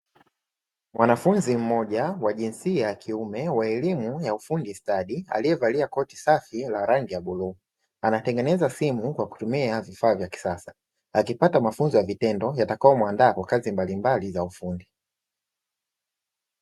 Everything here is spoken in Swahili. Mwanafunzi mmoja wa jinsia ya kiume wa elimu ya ufundi stadi aliyevalia koti safi la rangi ya bluu, anatengeneza simu kwa kutumia vifaa vya kisasa akipata mafunzo ya vitendo yatakayo muandaa kwa kazi mbalimbali za ufundi.